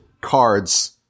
cards